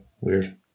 weird